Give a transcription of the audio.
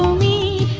me